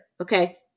okay